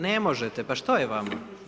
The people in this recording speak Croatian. Ne možete, pa što je vama?